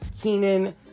Kenan